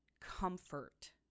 Comfort